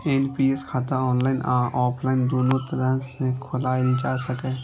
NPS खाता online आ offline, दुनू तरह सं खोलाएल जा सकैए